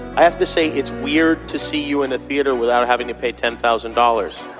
i have to say, it's weird to see you in a theater without having to pay ten thousand dollars.